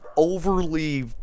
Overly